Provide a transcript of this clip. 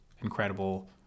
incredible